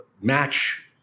match